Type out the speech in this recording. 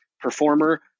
performer